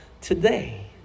today